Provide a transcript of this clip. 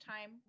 time